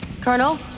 Colonel